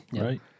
Right